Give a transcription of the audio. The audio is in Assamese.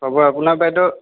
হ'ব আপোনাক বাইদেউ